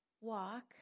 walk